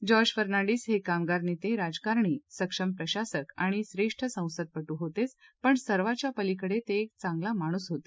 George Fernandes हे कामगार नेते राजकारणी संक्षम प्रशासक आणि श्रेष्ठ संसदपटू होतेच पण सर्वाच्यापलीकडे ते एक चांगला माणूस होते